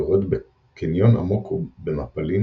יורד בקניון עמוק ובמפלים